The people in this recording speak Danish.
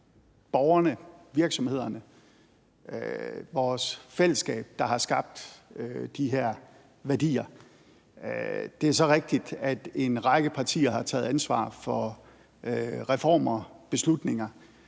borgerne, virksomhederne, vores fællesskab, der har skabt de her værdier. Det er så rigtigt, at en række partier har taget ansvar for reformer, beslutninger,